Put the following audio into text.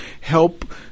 help